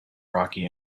rocky